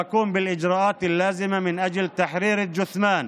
לה לנקוט את הפעולות הנחוצות כדי לשחרר את הגופה